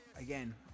again